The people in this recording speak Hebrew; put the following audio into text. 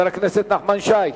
חבר הכנסת נחמן שי,